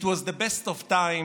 It was the best of times,